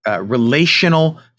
relational